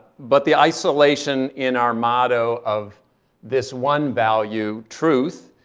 but the isolation in our motto of this one value, truth,